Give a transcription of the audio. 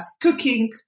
cooking